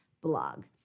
blog